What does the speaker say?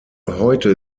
heute